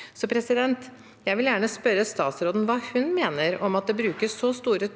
interesse. Jeg vil gjerne spørre statsråden hva hun mener om at det brukes så store